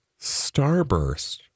Starburst